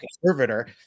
conservator